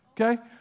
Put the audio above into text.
Okay